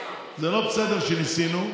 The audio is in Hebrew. זה לא בסדר שניסינו,